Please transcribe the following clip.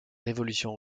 révolution